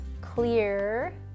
clear